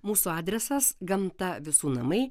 mūsų adresas gamta visų namai